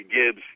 Gibbs